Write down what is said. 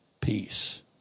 peace